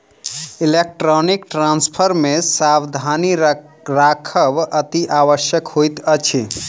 electronic transfer मे सावधानी राखब अतिआवश्यक होइत अछि